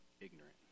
ignorant